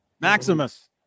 Maximus